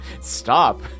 Stop